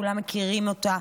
כולם מכירים אותה.